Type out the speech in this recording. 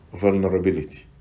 vulnerability